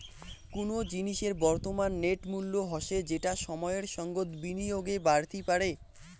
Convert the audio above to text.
কুনো জিনিসের বর্তমান নেট মূল্য হসে যেটা সময়ের সঙ্গত বিনিয়োগে বাড়তি পারে